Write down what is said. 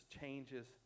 changes